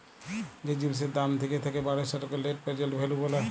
যে জিলিসের দাম থ্যাকে থ্যাকে বাড়ে সেটকে লেট্ পেরজেল্ট ভ্যালু ব্যলে